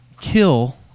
kill